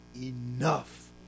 enough